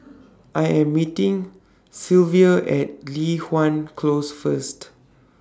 I Am meeting At Li Hwan Close First